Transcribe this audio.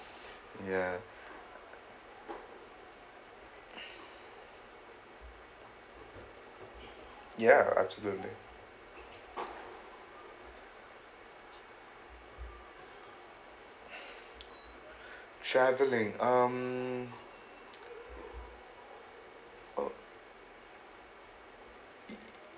ya ya absolutely travelling um oh